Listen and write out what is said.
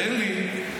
תן לי.